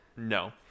No